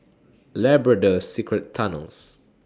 Labrador Secret Tunnels